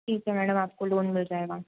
ठीक है मैडम आपको लोन मिल जायेगा